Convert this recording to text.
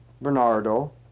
Bernardo